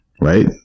right